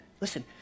listen